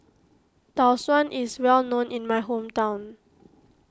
Tau Suan is well known in my hometown